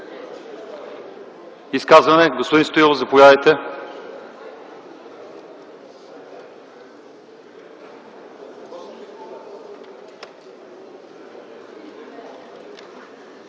Изказване – господин Стоилов, заповядайте.